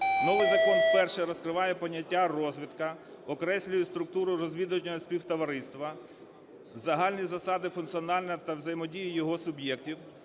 Новий закон вперше розкриває поняття "розвідка", окреслює структуру розвідувального співтовариства, загальні засади функціонування та взаємодії його суб'єктів.